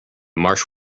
marsh